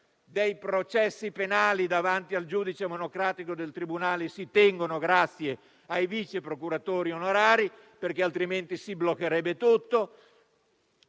dei processi penali davanti al giudice monocratico del tribunale si tengono grazie ai vice procuratori onorari, perché altrimenti si bloccherebbe tutto,